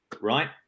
right